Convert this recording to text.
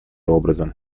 образом